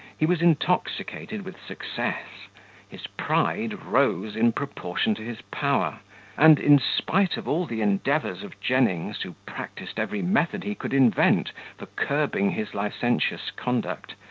he was intoxicated with success his pride rose in proportion to his power and, in spite of all the endeavours of jennings, who practised every method he could invent for curbing his licentious conduct,